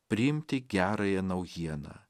priimti gerąją naujieną